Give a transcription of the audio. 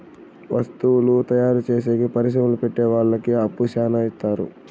వత్తువుల తయారు చేసేకి పరిశ్రమలు పెట్టె వాళ్ళకి అప్పు శ్యానా ఇత్తారు